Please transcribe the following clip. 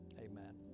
amen